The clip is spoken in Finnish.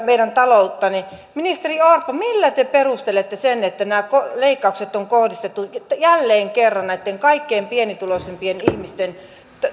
meidän taloutta niin ministeri orpo millä te perustelette sen että nämä leikkaukset on kohdistettu jälleen kerran näitten kaikkein pienituloisimpien ihmisten